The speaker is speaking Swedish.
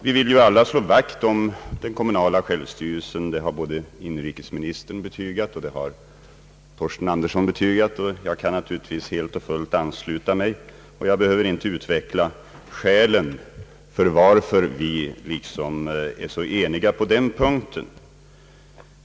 Vi vill alla slå vakt om den kommunala självstyrelsen. Det har både inrikesministern och herr Torsten Andersson betygat, och jag kan naturligtvis helt och fullt ansluta mig till deras uppfattning. Jag behöver inte utveckla skälen till att vi är så eniga på den punkten.